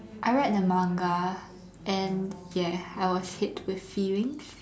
I read the manga and ya I was hit with feelings